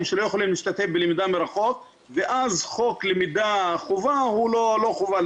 שלא יכולים להשתתף בלמידה מרחוק ואז חוק למידת חובה הוא לא חובה,